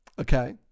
Okay